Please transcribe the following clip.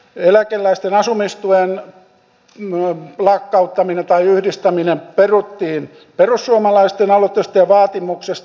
eläkeläisten asumistuen lakkauttaminen tai yhdistäminen peruttiin perussuomalaisten aloitteesta ja vaatimuksesta